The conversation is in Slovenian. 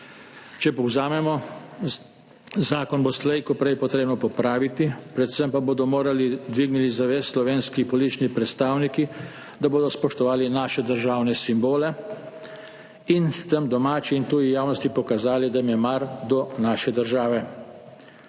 Če povzamemo, zakon bo slej ko prej potrebno popraviti, predvsem pa bodo morali dvigniti zavest slovenski politični predstavniki, da bodo spoštovali naše državne simbole in s tem domači in tuji javnosti pokazali, da jim je mar za našo državo.